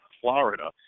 Florida